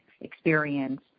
experience